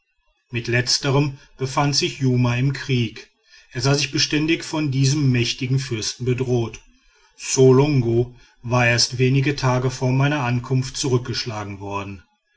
mit letzterm befand sich jumma im krieg er sah sich beständig von diesem mächtigen fürsten bedroht ssolongo war erst wenige tage vor meiner ankunft zurückgeschlagen worden